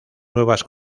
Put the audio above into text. nuevas